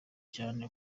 cyane